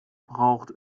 braucht